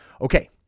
Okay